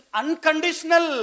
unconditional